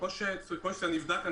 כמו שזה נבדק,